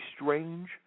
strange